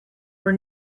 were